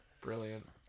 Brilliant